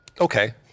Okay